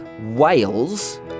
Wales